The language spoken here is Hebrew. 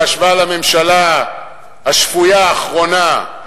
בהשוואה לממשלה השפויה האחרונה,